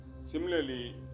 similarly